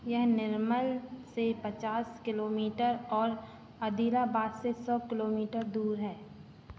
यह निर्मल से पचास किलोमीटर और आदिलाबाद से सौ किलोमीटर दूर है